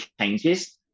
changes